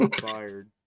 fired